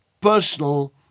personal